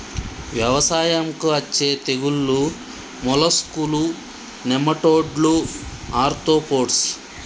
వ్యవసాయంకు అచ్చే తెగుల్లు మోలస్కులు, నెమటోడ్లు, ఆర్తోపోడ్స్